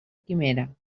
quimera